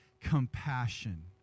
compassion